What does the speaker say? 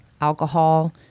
alcohol